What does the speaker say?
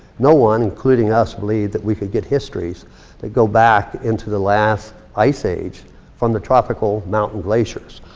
no one, including us, believed that we could get histories that go back into the last ice age from the tropical mountain glaciers.